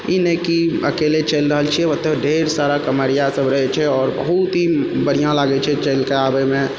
ई नहि कि अकेले चलि रहल छियै ओतय ढ़ेर सारा कमरिया सब रहैछे आओर बहुत ही बढ़िआँ लागै छै चलिके आबैमे